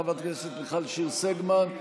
חברת הכנסת מיכל שיר סגמן,